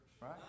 right